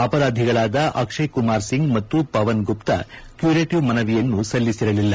ಅಪರಾಧಿಗಳಾದ ಅಕ್ಷಯ್ಕುಮಾರ್ ಸಿಂಗ್ ಮತ್ತು ಪವನ್ ಗುಪ್ತಾ ಕ್ಯೂರಿಟವ್ ಮನವಿಯನ್ನು ಸಲ್ಲಿಸಿರಲಿಲ್ಲ